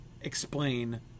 explain